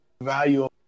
value